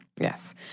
Yes